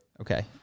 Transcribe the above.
okay